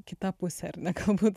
kita pusė ar ne galbūt